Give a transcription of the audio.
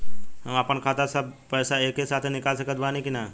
हम आपन खाता से सब पैसा एके साथे निकाल सकत बानी की ना?